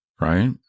right